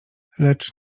lecz